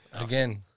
Again